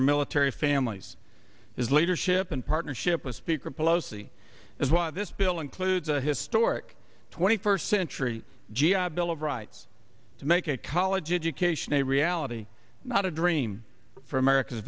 our military families his leadership in partnership with speaker pelosi is why this bill includes a historic twenty first century g i bill of rights to make a college education a reality not a dream for america